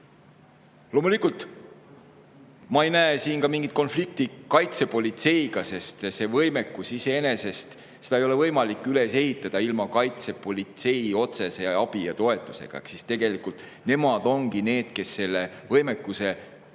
Loomulikult ei näe ma siin mingit konflikti kaitsepolitseiga, sest seda võimekust iseenesest ei ole võimalik üles ehitada ilma kaitsepolitsei otsese abi ja toetuseta. Tegelikult nemad ongi need, kes selle võimekuse üles